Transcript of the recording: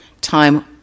time